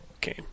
game